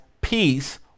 peace